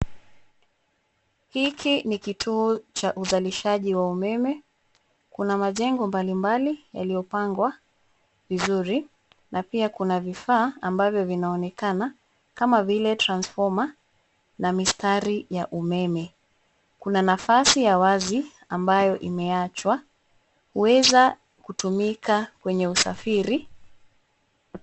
Hiki ni kituo cha uzalishaji wa umeme. Kuna majengo mbalimbali yaliyopangwa vizuri na pia kuna vifaa ambavyo vinaonekana kama vile cs[transformer]cs na mistari ya umeme. Kuna nafasi ya wazi ambayo imeachwa, huweza kutumika kwenye usafiri.